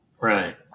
right